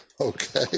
Okay